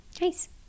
Nice